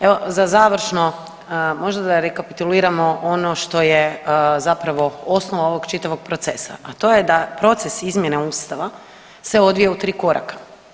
Evo za završno možda da rekapituliramo ono što je zapravo osnova ovog čitavog procesa, a to proces izmjena Ustava se odvija u tri koraka.